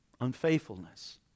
unfaithfulness